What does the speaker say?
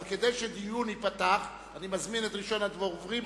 אבל כדי שדיון ייפתח אני מזמין את ראשון הדוברים,